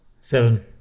Seven